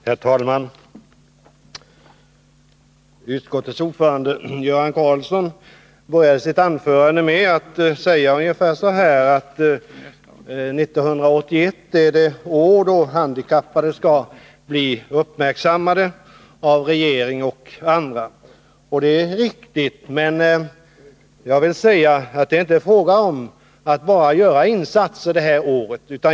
Herr talman! Utskottets ordförande Göran Karlsson började sitt anförande med att säga att 1981 är det år då handikappade skall bli uppmärksammade av regering och andra. Det är riktigt, men jag vill säga att det inte bara är fråga om att göra insatser det här året.